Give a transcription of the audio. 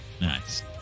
Nice